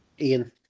Ian